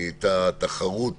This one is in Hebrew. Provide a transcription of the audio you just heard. נעשתה תחרות